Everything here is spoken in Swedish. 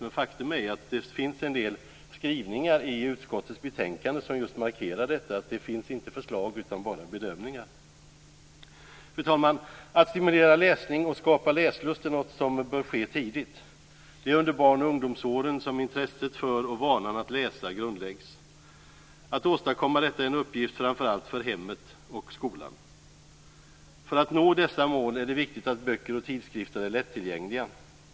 Men faktum är att det finns en del skrivningar i utskottets betänkande som just markerar att det inte finns några förslag utan bara bedömningar. Fru talman! Att stimulera läsning och att skapa läslust är något som bör ske tidigt. Det är under barnoch ungdomsåren som intresset för och vanan att läsa grundläggs. Att åstadkomma detta är en uppgift framför allt för hemmet och skolan. För att nå dessa mål är det viktigt att böcker och tidskrifter är lättillgängliga.